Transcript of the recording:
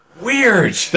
Weird